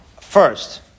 first